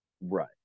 Right